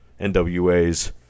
NWAs